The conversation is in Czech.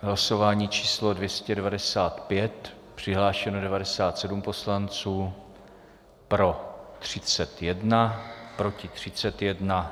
Hlasování číslo 295, přihlášeno 97 poslanců, pro 31, proti 31.